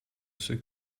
ceux